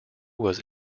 was